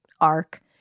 arc